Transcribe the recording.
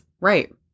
Right